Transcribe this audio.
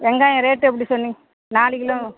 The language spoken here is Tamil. வெங்காயம் ரேட்டு எப்படி சொன்னீங்க நாலு கிலோ